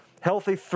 Healthy